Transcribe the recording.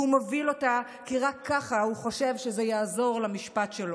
והוא מוביל אותה כי רק ככה הוא חושב שזה יעזור למשפט שלו.